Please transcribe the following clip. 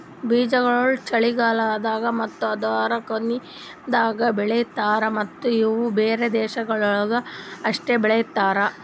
ಬೀಜಾಗೋಳ್ ಚಳಿಗಾಲ್ದಾಗ್ ಮತ್ತ ಅದೂರು ಕೊನಿದಾಗ್ ಬೆಳಿತಾರ್ ಮತ್ತ ಇವು ಬ್ಯಾರೆ ದೇಶಗೊಳ್ದಾಗ್ ಅಷ್ಟೆ ಬೆಳಿತಾರ್